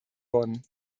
worden